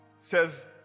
says